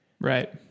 Right